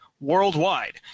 Worldwide